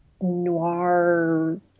noir